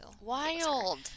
Wild